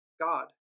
God